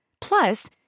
Plus